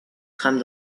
trame